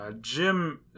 jim